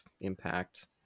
impact